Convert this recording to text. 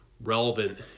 relevant